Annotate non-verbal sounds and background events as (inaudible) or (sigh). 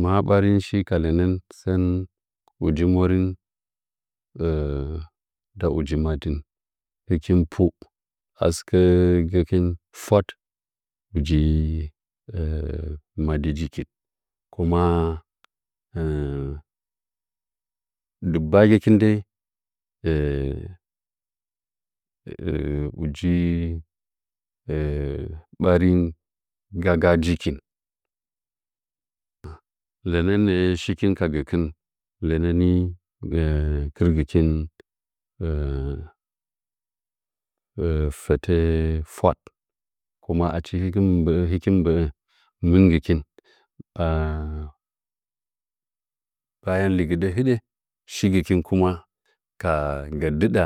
Ma a ɓarih shi ka lɚnɚn uji morin nda uji madɨh hɨkih pu a sɨkɚ gɚkɨn fwaɗ uji madɨ nji kɨn kuma (hesitation) dɨggba gɚkɨn dai (hesitation) aji ɓarin gaga njikin lɚnɚnɚɚ shikɨn ka gɚkɨh lɚnɚ kɨrgɨchi ifɚtɚ fwaɗ kuma achi m mgbɚ hikim mgbɚ mɨn gɨ kin a bayan le gɨɗɚ shigɚkin kuma ka gɚ ndɨɗa